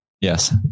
Yes